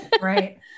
Right